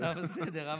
בסדר.